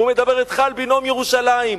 הוא מדבר אתך על בינאום ירושלים.